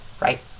right